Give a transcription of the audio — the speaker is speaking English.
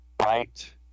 right